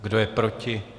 Kdo je proti?